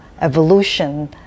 evolution